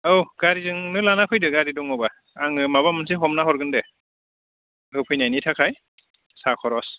औ गारिजोंनो लाना फैदो गारि दङब्ला आङो माबा मोनसे हमना हरगोन दे होफैनायनि थाखाय साहा खरस